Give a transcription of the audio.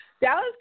Dallas